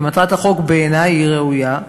ומטרת החוק בעיני היא ראויה,